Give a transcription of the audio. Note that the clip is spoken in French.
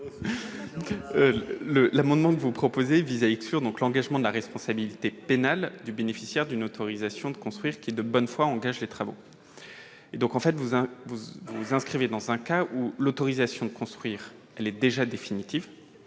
amendement vise à exclure l'engagement de la responsabilité pénale du bénéficiaire d'une autorisation de construire qui, de bonne foi, engage les travaux. Cela s'inscrit dans un cas où l'autorisation de construire est déjà définitive,